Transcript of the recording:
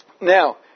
Now